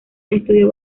estudió